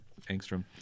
Angstrom